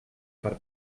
per